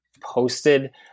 posted